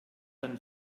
dann